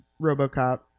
RoboCop